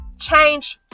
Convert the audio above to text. change